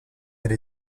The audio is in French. elle